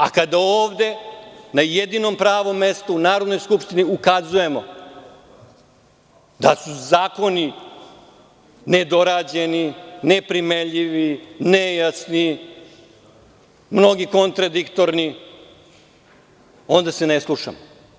A, kada ovde, na jedinom pravom mestu, u Narodnoj skupštini ukazujemo da su zakoni nedorađeni, neprimenljivi, nejasni, mnogi kontradiktorni, onda se ne slušamo.